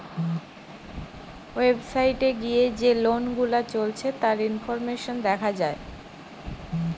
website এ গিয়ে যে লোন গুলা চলছে তার ইনফরমেশন দেখা যায়